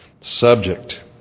subject